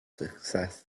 success